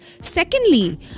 Secondly